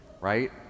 right